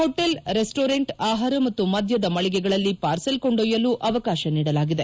hotel restaurant ಆಹಾರ ಮತ್ತು ಮದ್ಬದ ಮಳಿಗೆಗಳಲ್ಲಿ ಪಾರ್ಸೆಲ್ ಕೊಂಡೊಯ್ಡಲು ಅವಕಾಶ ನೀಡಲಾಗಿದೆ